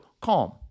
CALM